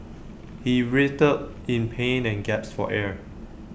he writhed in pain and gasped for air